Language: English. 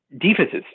defenses